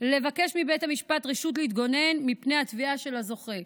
החייב יכול לבקש מבית המשפט רשות להתגונן מפני התביעה של הזוכה.